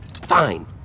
Fine